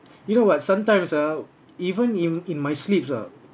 you know what sometimes ah even in in my sleeps ah